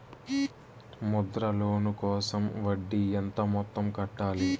Mudra loan కోసం వడ్డీ ఎంత మొత్తం కట్టాలి